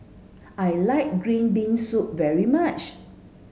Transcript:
I like green bean soup very much